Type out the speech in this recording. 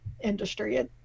industry